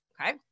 Okay